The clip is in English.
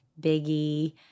Biggie